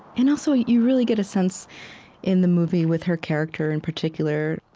and also, you really get a sense in the movie, with her character in particular,